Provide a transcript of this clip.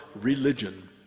religion